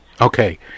Okay